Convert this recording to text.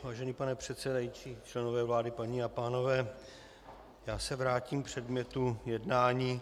Vážený pane předsedající, členové vlády, paní a pánové, já se vrátím k předmětu jednání.